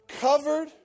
covered